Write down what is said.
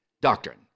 doctrine